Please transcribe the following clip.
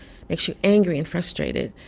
makes you angry and frustrated.